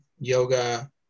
yoga